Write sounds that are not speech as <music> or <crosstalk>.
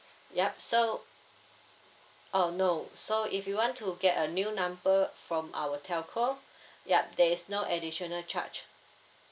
yup so oh no so if you want to get a new number from our telco <breath> yup there is no additional charge